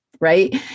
right